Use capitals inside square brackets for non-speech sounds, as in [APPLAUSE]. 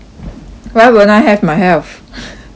why won't I have my health [NOISE]